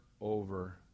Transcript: over